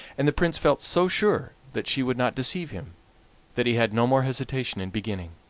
and the prince felt so sure that she would not deceive him that he had no more hesitation in beginning.